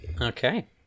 Okay